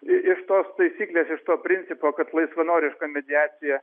iš tos taisyklės iš to principo kad laisvanoriška mediacija